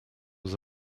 was